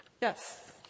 Yes